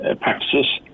practices